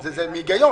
זה הגיוני